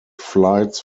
flights